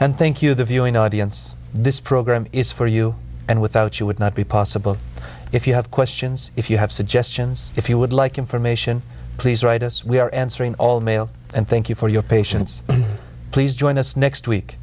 and thank you the viewing audience this program is for you and without you would not be possible if you have questions if you have suggestions if you would like information please write yes we are answering all mail and thank you for your patience please join us next week